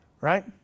Right